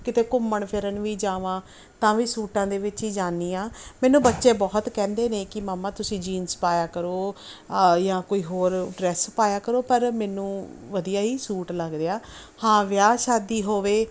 ਕਿਤੇ ਘੁੰਮਣ ਫਿਰਨ ਵੀ ਜਾਵਾਂ ਤਾਂ ਵੀ ਸੂਟਾਂ ਦੇ ਵਿੱਚ ਹੀ ਜਾਂਦੀ ਹਾਂ ਮੈਨੂੰ ਬੱਚੇ ਬਹੁਤ ਕਹਿੰਦੇ ਨੇ ਕਿ ਮੰਮਾ ਤੁਸੀਂ ਜੀਨਸ ਪਾਇਆ ਕਰੋ ਜਾਂ ਕੋਈ ਹੋਰ ਡਰੈਸ ਪਾਇਆ ਕਰੋ ਪਰ ਮੈਨੂੰ ਵਧੀਆ ਹੀ ਸੂਟ ਲੱਗਦੇ ਆ ਹਾਂ ਵਿਆਹ ਸ਼ਾਦੀ ਹੋਵੇ